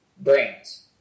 Brands